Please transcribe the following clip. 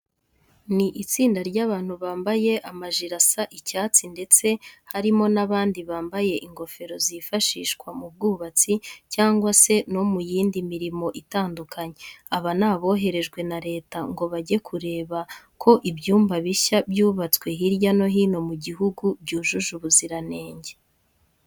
Ni itsinda ry'abantu bambaye amajire asa icyatsi ndetse harimo n'abandi bambaye ingofero zifashishwa mu bwubatsi cyangwa se no mu yindi mirimo itandukanye. Aba ni aboherejwe na leta ngo bajye kureba ko ibyumba bishya byubatswe hirya no hino mu guhugu byujuje ubuziranenge.